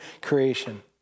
creation